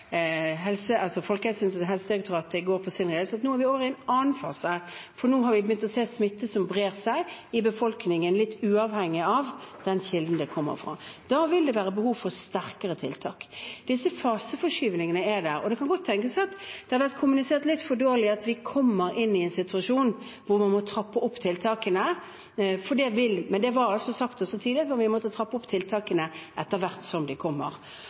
nå over i en annen fase, for nå har vi begynt å se smitte som brer seg i befolkningen litt uavhengig av den kilden det kommer fra. Da vil det være behov for sterkere tiltak. Disse faseforskyvningene er der. Det kan godt tenkes at det har vært kommunisert litt for dårlig at vi kommer inn i en situasjon hvor man må trappe opp tiltakene, men det ble sagt også tidligere at man ville måtte trappe opp tiltakene etter hvert som de kommer.